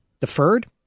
deferred